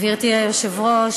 גברתי היושבת-ראש,